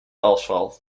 asfalt